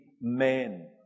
men